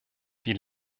wie